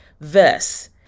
verse